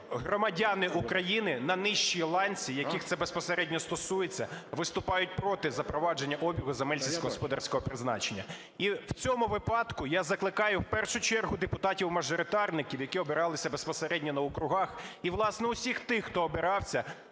громадяни України на нижчій ланці, яких це безпосередньо стосується, виступають проти запровадження обігу земель сільськогосподарського призначення. І в цьому випадку я закликаю в першу чергу депутатів-мажоритарників, які обиралися безпосередньо на округах, і, власне, усіх тих, хто обирався,